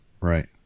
right